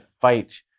fight